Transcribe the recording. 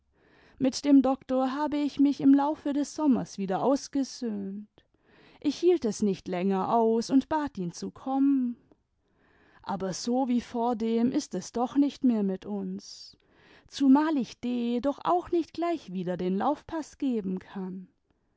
mit dem doktor habe ich mich im laufe des sommers wieder ausgesöhnt ich hielt es nicht länger aus und bat ihn zu kommen aber so wie vordem ist es doch nicht mehr mit uns zumal ich d doch auch nicht gleich wieder den laufpaß geben kann